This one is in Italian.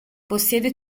possiede